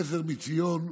מציון